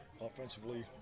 Offensively